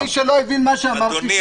מי שלא הבין את מה שאמרתי --- אדוני,